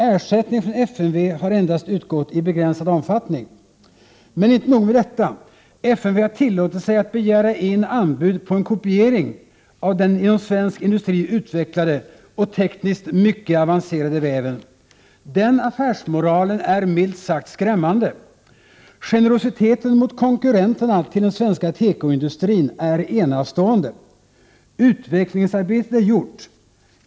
Ersättning från FMV har endast utgått i begränsad omfattning. Men inte nog med detta. FMV har tillåtit sig att begära in anbud på en kopiering av den inom svensk industri utvecklade och tekniskt mycket avancerade väven. Den affärsmoralen är milt sagt skrämmande! Generositeten mot konkurrenterna till den svenska tekoindustrin är enastående. Utvecklingsarbetet är gjort.